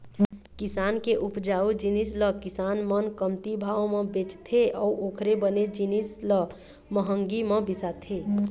किसान के उपजाए जिनिस ल किसान मन कमती भाव म बेचथे अउ ओखरे बने जिनिस ल महंगी म बिसाथे